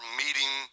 meeting